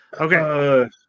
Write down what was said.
Okay